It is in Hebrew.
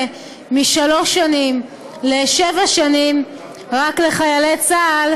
משלוש שנים לשבע שנים רק לחיילי צה"ל,